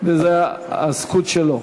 וזו הזכות שלו.